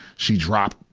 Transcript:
she dropped,